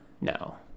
No